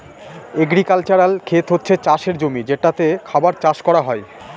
agricultural খেত হচ্ছে চাষের জমি যেটাতে খাবার চাষ করা হয়